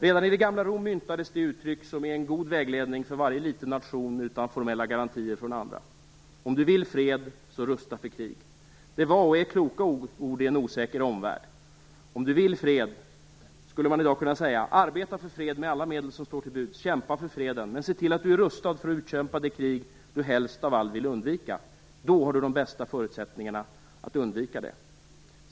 Redan i det gamla Rom myntades det uttryck som är en god vägledning för varje liten nation utan formella garantier från andra: Om du vill fred, så rusta för krig. Det var och är kloka ord i en osäker omvärld. I dag skulle man kunna säga: Om du vill fred, så arbeta för fred med alla medel som står till buds, kämpa för freden - men se till att du är rustad för att utkämpa det krig du helst av allt vill undvika. Då har du de bästa förutsättningarna för att undvika det.